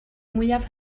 mwyaf